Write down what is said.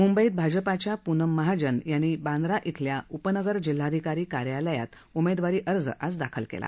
मुंबईत भाजपाच्या प्नम महाजन यांनी बांद्रा इथल्या उपनगर जिल्हाधिकारी कार्यालयात उमेदवारी अर्ज दाखल केला